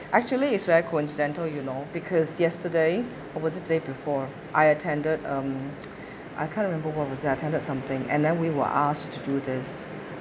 actually it's very coincidental you know because yesterday or was it day before I attended um I can't remember what was that I attended something and then we were asked to do this